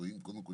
רואות - קודם כל,